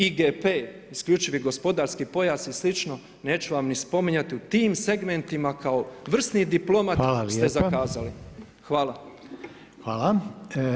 IGP, isključivi gospodarski pojas i slično ne ću vam ni spominjati u tim segmentima kao vrsni diplomat ste zakazali.